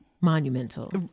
monumental